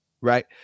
right